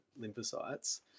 lymphocytes